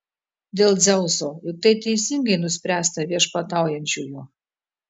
dėl dzeuso juk tai teisingai nuspręsta viešpataujančiųjų